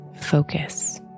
focus